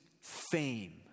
fame